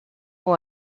who